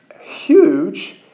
huge